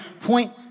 point